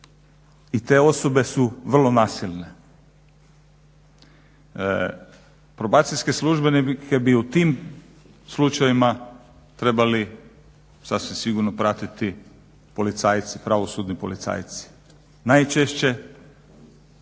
i te osobe su vrlo nasilne. Probacijske službenike bi u tim slučajevima trebali sasvim sigurno pratiti pravosudni policajci. Najčešće